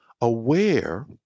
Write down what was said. aware